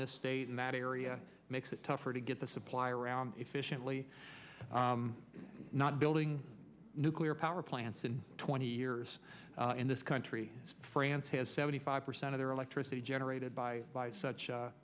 this state in that area makes it tougher to get the supply around efficiently not building nuclear power plants in twenty years in this country france has seventy five percent of their electricity generated by by such